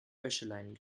wäscheleinen